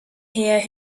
here